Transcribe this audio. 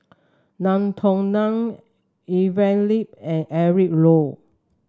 Ngiam Tong Dow Evelyn Lip and Eric Low